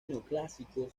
neoclásico